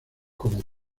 como